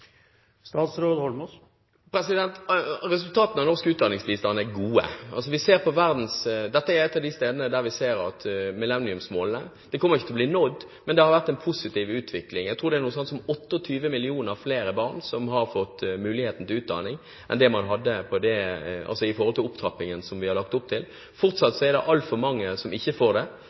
Resultatene av norsk utdanningsbistand er gode. Dette er et av de områdene der vi ser at selv om milleniumsmålene ikke kommer til å bli nådd, har det vært en positiv utvikling. Jeg tror det er noe sånt som 28 millioner flere barn som har fått muligheten til utdanning i forhold til den opptrappingen som vi har lagt opp til. Fortsatt er det altfor mange barn som ikke får muligheten til utdanning, men det